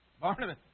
Barnabas